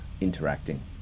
interacting